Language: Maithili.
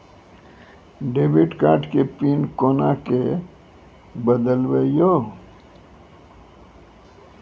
डेबिट कार्ड के पिन कोना के बदलबै यो?